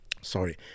Sorry